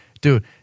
Dude